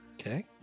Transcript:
Okay